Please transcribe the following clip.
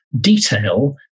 detail